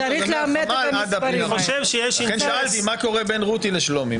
הוא אומר שזה מהחמ"ל עד --- אני שאלתי מה קורה בין רותי לשלומי.